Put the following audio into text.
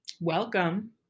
Welcome